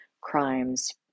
crimes